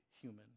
human